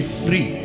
free